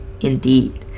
Indeed